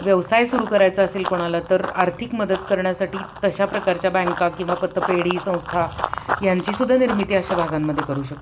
व्यवसाय सुरू करायचा असेल कोणाला तर आर्थिक मदत करण्यासाठी तशा प्रकारच्या बँका किंवा पतपेढी संस्था यांचीसुद्धा निर्मिती अशा भागांमध्ये करू शकतो